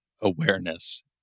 awareness